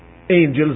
angels